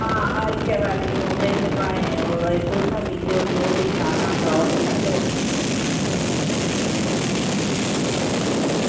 आं इक्कै बारी बिच भाएं ओह् सोड़ा पीगे ओह्बी खाओ ते सुट्टो